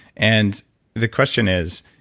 and the question is,